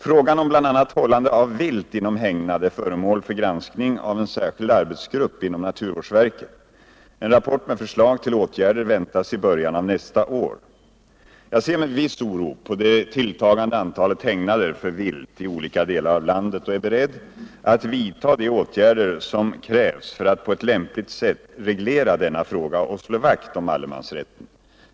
Frågan om bl.a. hållande av vilt inom hägnad är föremål för granskning av en särskild arbetsgrupp inom naturvårdsverket. En rapport med förslag till åtgärder väntas i början av nästa år. Jag ser med viss oro på det tilltagande antalet hägnader för vilt i olika delar av landet och är beredd att vidta de åtgärder som krävs för att på ett lämpligt sätt reglera denna fråga och slå vakt om allemansrätten.